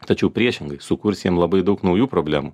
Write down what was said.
tačiau priešingai sukurs jiems labai daug naujų problemų